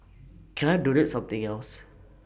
can I donate something else